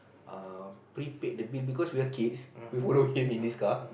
uh prepaid the bill because we were kids we follow him in his car